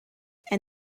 and